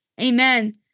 amen